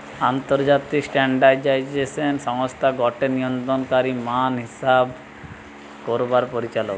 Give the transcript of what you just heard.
আন্তর্জাতিক স্ট্যান্ডার্ডাইজেশন সংস্থা গটে নিয়ন্ত্রণকারী মান হিসেব করবার পরিচালক